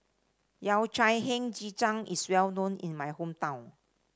Yao Cai Hei Ji Tang is well known in my hometown